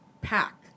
pack